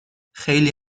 خیلی